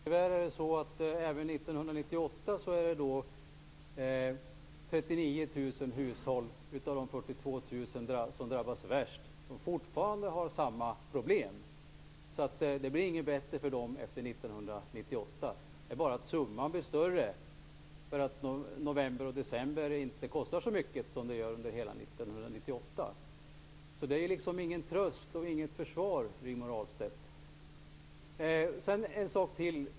Fru talman! Även år 1998 är det tyvärr 39 000 hushåll av de 42 000 värst drabbade som fortfarande har samma problem. Det blir inte bättre för dem efter 1998. Det är bara det att summan blir större därför att november och december inte kostar så mycket som hela 1998. Det är alltså ingen tröst och inget försvar, Sedan vill jag säga en sak till.